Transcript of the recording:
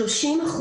30%,